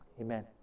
Amen